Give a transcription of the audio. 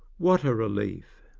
what a relief!